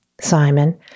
Simon